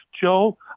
Joe